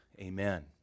amen